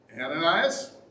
Ananias